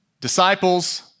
disciples